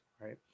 right